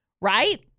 Right